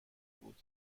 بود